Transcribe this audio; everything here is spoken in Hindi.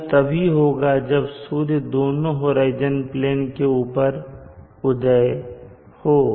यह तभी होगा जब सूर्य दोनों होराइजन प्लेन से ऊपर उदय हो